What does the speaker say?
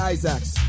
Isaacs